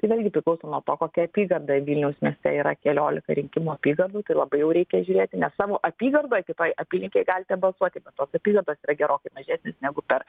irgi priklauso nuo to kokia apygarda vilniaus mieste yra keliolika rinkimų apygardų tai labai jau reikia žiūrėti nes savo apygardoj kitoje apylinkėje galite balsuoti tos apygardos yra gerokai mažesnės negu per